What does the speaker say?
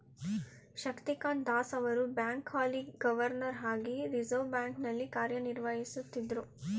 ಶಕ್ತಿಕಾಂತ್ ದಾಸ್ ರವರು ಬ್ಯಾಂಕ್ನ ಹಾಲಿ ಗವರ್ನರ್ ಹಾಗಿ ರಿವರ್ಸ್ ಬ್ಯಾಂಕ್ ನಲ್ಲಿ ಕಾರ್ಯನಿರ್ವಹಿಸುತ್ತಿದ್ದ್ರು